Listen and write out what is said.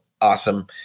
awesome